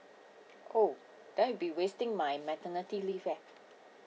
oh then will be wasting my maternity leave leh